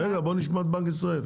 רגע, בואו נשמע את בנק ישראל.